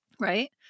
right